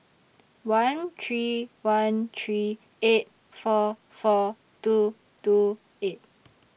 one three one three eight four four two two eight